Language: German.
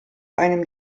einem